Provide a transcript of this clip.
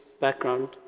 background